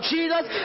Jesus